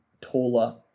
taller